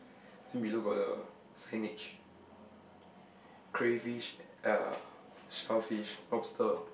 then below got the signage crave fish ya shellfish lobster